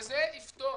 וזה יפתור.